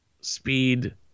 speed